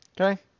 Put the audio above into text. Okay